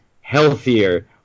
healthier